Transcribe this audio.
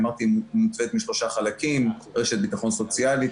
אמרתי שהיא מורכבת משלושה חלקים: רשת ביטחון סוציאלית,